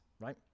right